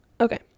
Okay